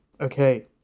okay